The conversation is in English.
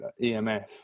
EMF